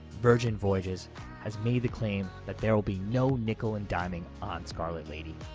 virgin voyages has made the claim that there will be no nickel and diming on scarlet lady.